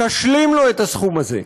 תשלים לו את הסכום הזה.